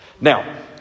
Now